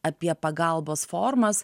apie pagalbos formas